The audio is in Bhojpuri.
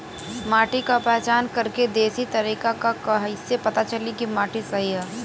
माटी क पहचान करके देशी तरीका का ह कईसे पता चली कि माटी सही ह?